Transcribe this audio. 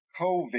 covid